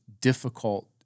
difficult